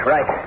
Right